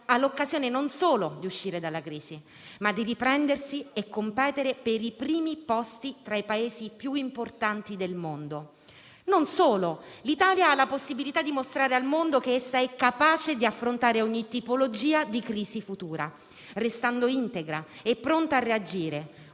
ha l'occasione non solo di uscire dalla crisi, ma di riprendersi e competere per i primi posti tra i Paesi più importanti del mondo. Non solo. L'Italia ha la possibilità di mostrare al mondo che essa è capace di affrontare ogni tipologia di crisi futura, restando integra e pronta a reagire: